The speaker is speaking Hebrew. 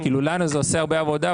לנו זה עושה הרבה עבודה,